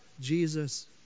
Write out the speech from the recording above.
Jesus